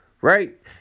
Right